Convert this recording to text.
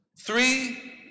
Three